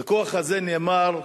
הוויכוח הזה נאמר,